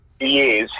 Yes